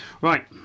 Right